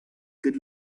good